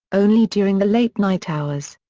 only during the late night hours.